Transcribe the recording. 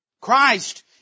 Christ